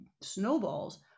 snowballs